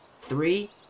three